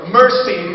mercy